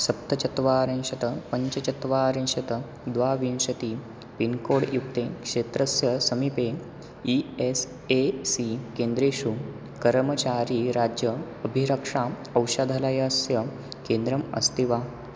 सप्तचत्वारिंशत् पञ्च चत्वारिंशत् द्वाविंशतिः पिन्कोड् युक्ते क्षेत्रस्य समीपे ई एस् ए सी केन्द्रेषु कर्मचारीराज्य अभिरक्षाम् औषधलयस्य केन्द्रम् अस्ति वा